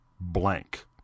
blank